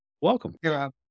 Welcome